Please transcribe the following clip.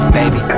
baby